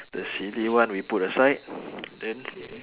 the silly one we put aside then